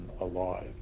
alive